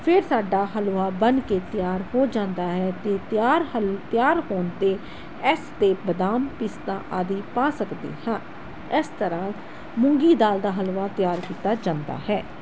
ਫਿਰ ਸਾਡਾ ਹਲਵਾ ਬਣ ਕੇ ਤਿਆਰ ਹੋ ਜਾਂਦਾ ਹੈ ਅਤੇ ਤਿਆਰ ਹਲ ਤਿਆਰ ਹੋਣ 'ਤੇ ਇਸ 'ਤੇ ਬਦਾਮ ਪਿਸਤਾ ਆਦਿ ਪਾ ਸਕਦੇ ਹਾਂ ਇਸ ਤਰ੍ਹਾਂ ਮੂੰਗੀ ਦਾਲ ਦਾ ਹਲਵਾ ਤਿਆਰ ਕੀਤਾ ਜਾਂਦਾ ਹੈ